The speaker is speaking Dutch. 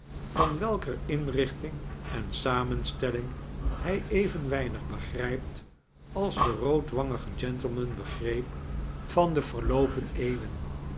van welker inrichting en samenstelling kg even weinig begrijpt als de roodwangige gentleman begreep van de verloopen eeuwen